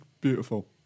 beautiful